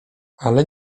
ale